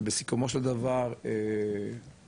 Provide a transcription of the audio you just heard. שבסיכומו של דבר עזר